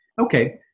Okay